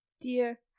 Dear